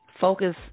Focus